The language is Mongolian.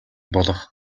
болох